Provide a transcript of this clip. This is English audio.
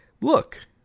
look